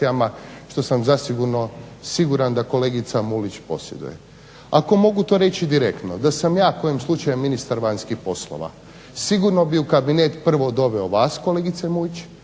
što sam zasigurno siguran da kolegica Mulić posjeduje. Ako mogu to reći direktno da sam ja kojim slučajem ministar vanjskih poslova sigurno bih u kabinet prvo doveo vas kolegice Mulić